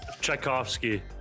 Tchaikovsky